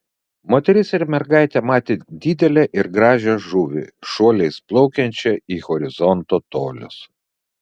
moteris ir mergaitė matė didelę ir gražią žuvį šuoliais plaukiančią į horizonto tolius